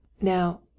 Now